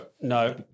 No